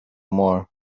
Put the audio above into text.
more